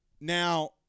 Now